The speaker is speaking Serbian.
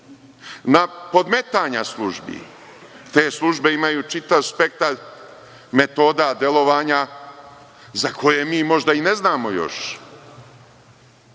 na podmetanja službi? Te službe imaju čitav spektar metoda delovanja za koje mi možda i ne znamo još,